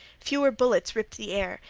fewer bullets ripped the air,